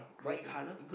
grey colour